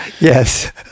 Yes